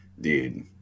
Dude